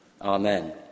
Amen